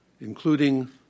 including